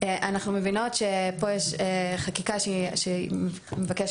אנחנו מבינות שפה יש חקיקה שמבקשת